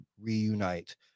reunite